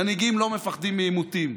מנהיגים לא מפחדים מעימותים.